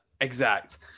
exact